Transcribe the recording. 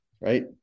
right